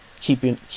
keeping